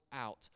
out